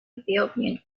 ethiopian